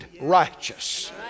righteous